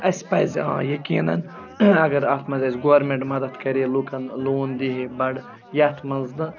اَسہِ پَزِ آ یقیٖناً اگر اَتھ منٛز اَسہِ گورمٮ۪نٛٹ مَدَد کَرِ ہے لُکَن لون دیہِ ہے بَڑٕ یَتھ منٛز نہٕ